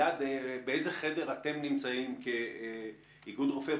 באיזה חדר אתם נמצאים כאיגוד רופאי